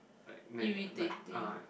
like like like uh